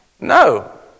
No